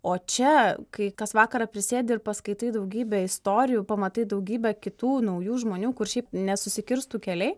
o čia kai kas vakarą prisėdi ir paskaitai daugybę istorijų pamatai daugybę kitų naujų žmonių kur šiaip nesusikirstų keliai